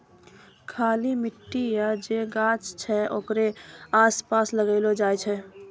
खाली मट्टी या जे गाछ छै ओकरे आसपास लगैलो जाय छै